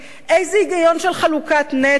איזה היגיון של חלוקת נטל?